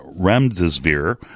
remdesivir